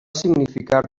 significar